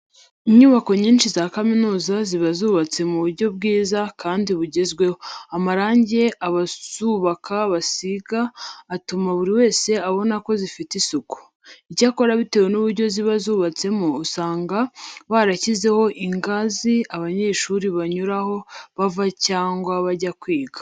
Inyubako nyinshi za kaminuza ziba zubatse mu buryo bwiza kandi bugezweho, amarange abazubaka bazisiga atuma buri wese abona ko zifite isuku. Icyakora bitewe n'uburyo ziba zubatsemo usanga barashyizeho ingazi abanyeshuri banyuraho bava cyangwa bajya kwiga.